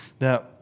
Now